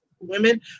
women